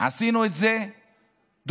עשינו את זה דו-שנתי,